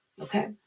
Okay